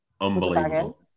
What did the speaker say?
unbelievable